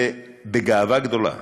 ובגאווה גדולה